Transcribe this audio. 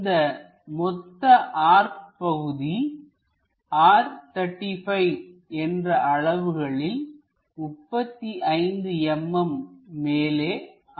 இந்த மொத்த ஆர்க் பகுதி R 35 என்ற அளவுகளில் 35mm மேலே அமைந்துள்ளது